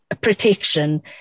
protection